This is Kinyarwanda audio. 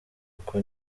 kuko